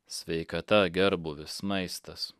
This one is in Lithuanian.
sveikata gerbūvis maistas